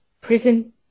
Prison